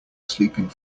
sleeping